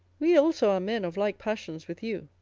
we also are men of like passions with you,